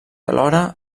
alhora